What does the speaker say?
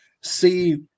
see